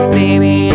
baby